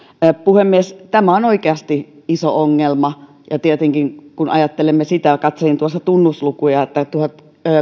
puhemies tämä on oikeasti iso ongelma ja tietenkin kun ajattelemme sitä ja katselin tuossa tunnuslukuja että vuoden